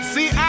See